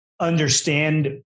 understand